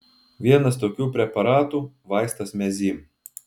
vienas tokių preparatų vaistas mezym